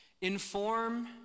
inform